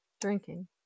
Drinking